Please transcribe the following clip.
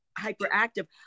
hyperactive